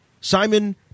Simon